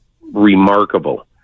remarkable